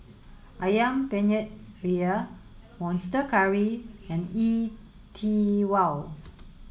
Ayam Penyet Ria Monster Curry and E T WOW